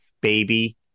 baby